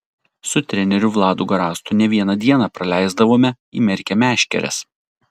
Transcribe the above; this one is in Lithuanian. su treneriu vladu garastu ne vieną dieną praleisdavome įmerkę meškeres